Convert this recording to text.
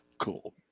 cool